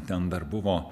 ten dar buvo